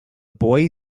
boy